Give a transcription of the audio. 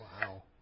Wow